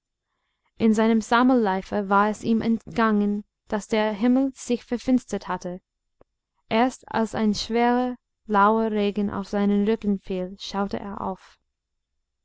in seinem sammeleifer war es ihm entgangen daß der himmel sich verfinstert hatte erst als ein schwerer lauer regen auf seinen rücken fiel schaute er auf